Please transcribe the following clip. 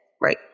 Right